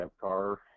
car